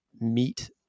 meet